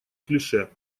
клише